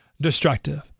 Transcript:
destructive